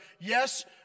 yes